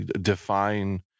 define